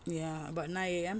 ya about nine A_M